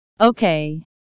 Okay